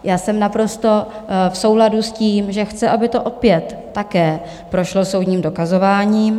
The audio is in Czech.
Já jsem naprosto v souladu s tím, že chci, aby to opět také prošlo soudním dokazováním.